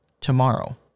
tomorrow